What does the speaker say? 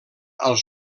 als